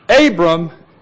Abram